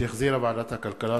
שהחזירה ועדת הכלכלה.